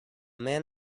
man